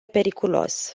periculos